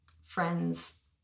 friends